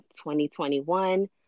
2021